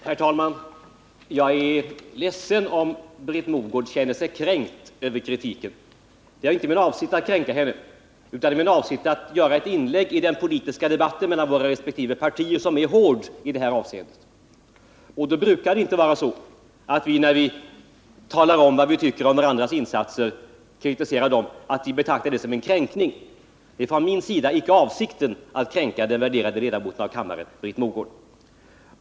Herr talman! Jag är ledsen om Britt Mogård känner sig kränkt över kritiken. Det var inte min avsikt att kränka henne utan att göra ett inlägg i den politiska debatten mellan våra resp. partier, som är hård i det här avseendet — när vi talar om vad vi tycker om varandras insatser och kritiserar dem brukar vi inte betrakta det som en kränkning. Det är från min sida inte avsikten att kränka den värderade ledamoten av kammaren Britt Mogård.